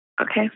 okay